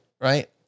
right